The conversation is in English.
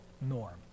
norm